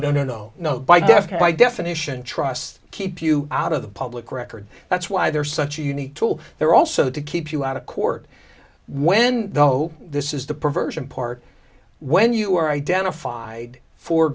no no no no by deftly by definition trust keep you out of the public record that's why they're such a unique tool they're also to keep you out of court when you know this is the perversion part when you are identified for